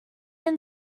and